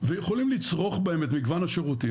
ויכולים לצרוך בהם את מגוון השירותים,